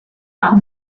par